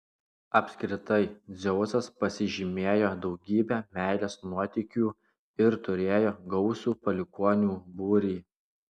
apskritai dzeusas pasižymėjo daugybe meilės nuotykių ir turėjo gausų palikuonių būrį